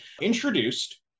introduced